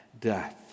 death